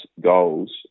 goals